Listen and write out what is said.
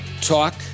talk